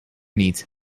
niet